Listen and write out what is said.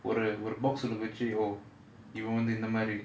ஒரு வெறும்:oru verum box ஒன்னு வச்சு இவ வந்து இந்த மாரி:onnu vachu iva vanthu intha maari